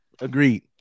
Agreed